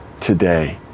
today